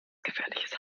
gefährliches